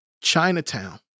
Chinatown